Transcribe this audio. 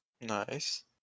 Nice